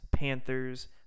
Panthers